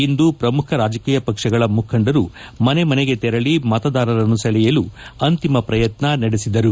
ಇಂದು ಪ್ರಮುಖ ರಾಜಕೀಯ ಪಕ್ಷಗಳ ಮುಖಂಡರು ಮನೆ ಮನೆಗೆ ತೆರಳಿ ಮತದಾರರನ್ನು ಸೆಳೆಯಲು ಅಂತಿಮ ಪ್ರಯತ್ನ ನಡೆಸಿದರು